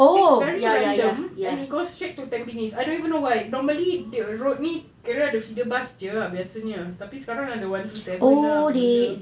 it's very random and it goes straight to tampines I don't even know why normally the road ni kira ada feeder bus jer biasanya tapi sekarang ada one two seven apa benda